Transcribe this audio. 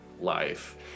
life